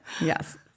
Yes